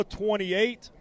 28